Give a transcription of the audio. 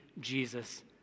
Jesus